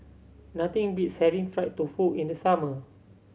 nothing beats having fried tofu in the summer